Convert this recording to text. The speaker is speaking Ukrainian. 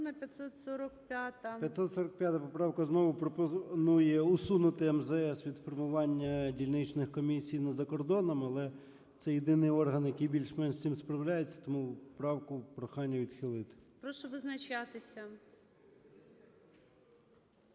545 поправка знову пропонує усунути МЗС від формування дільничних комісій за кордоном, але це єдиний орган, який більш-менш з цим справляється. Тому правку прохання відхилити. ГОЛОВУЮЧИЙ. Прошу визначатися.